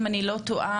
אם אני לא טועה,